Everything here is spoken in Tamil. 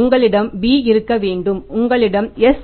உங்களிடம் b இருக்க வேண்டும் உங்களிடம் s